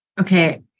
Okay